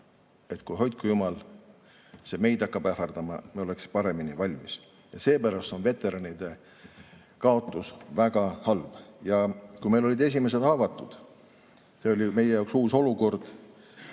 et kui, hoidku jumal, see meid hakkab ähvardama, me oleksime paremini valmis. Seepärast on veteranide kaotus väga halb. Kui meil olid esimesed haavatud, siis see oli meie jaoks uus olukord,